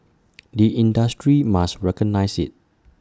the industry must recognise IT